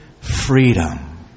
freedom